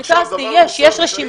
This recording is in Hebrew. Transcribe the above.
ריכזתי, יש רשימה.